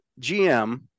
GM